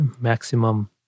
maximum